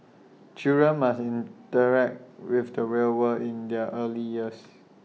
children must interact with the real world in their early years